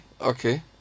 okay